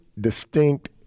distinct